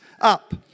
up